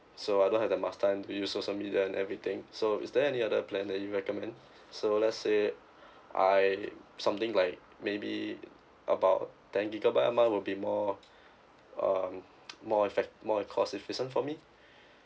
so I don't have that much time to use social media and everything so is there any other plan that you recommend so let's say I something like maybe about ten gigabyte am I will be more um more effe~ more cost efficient for me